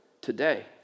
today